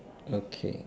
okay